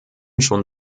schon